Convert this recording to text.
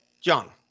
John